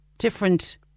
Different